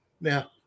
Now